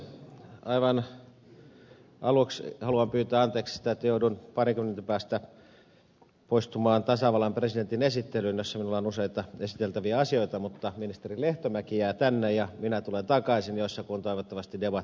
aivan aluksi haluan pyytää anteeksi sitä että joudun parinkymmenen minuutin päästä poistumaan tasavallan presidentin esittelyyn jossa minulla on useita esiteltäviä asioita mutta ministeri lehtomäki jää tänne ja minä tulen takaisin jos ja kun toivottavasti debatti jatkuu